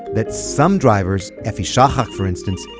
that some drivers, efi shahak for instance,